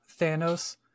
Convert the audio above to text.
Thanos